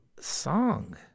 song